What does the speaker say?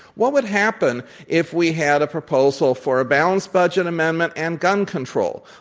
what would happen if we had a proposal for a balanced budget amendment and gun control?